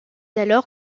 alors